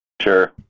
Sure